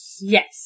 Yes